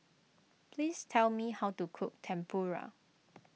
please tell me how to cook Tempura